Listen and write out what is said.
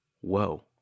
Whoa